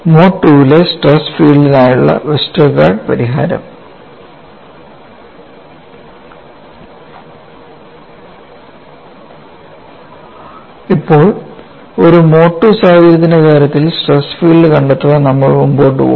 mode II ലെ tip stress ഫീൽഡിനുള്ള Westergaard പരിഹാരം ഇപ്പോൾ ഒരു മോഡ് II സാഹചര്യത്തിന്റെ കാര്യത്തിൽ സ്ട്രെസ് ഫീൽഡ് കണ്ടെത്താൻ നമ്മൾ മുന്നോട്ട് പോകുന്നു